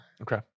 Okay